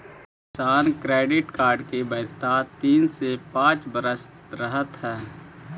किसान credit card की वैधता तीन से पांच वर्ष रहअ हई